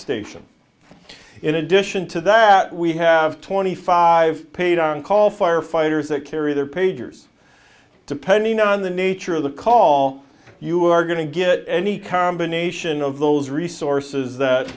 station in addition to that we have twenty five paid on call firefighters that carry their pagers depending on the nature of the call you are going to get any combination of those resources that